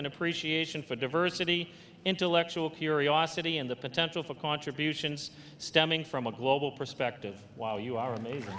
and appreciation for diversity intellectual curiosity and the potential for contributions stemming from a global perspective while you are